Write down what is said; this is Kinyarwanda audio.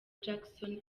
jackson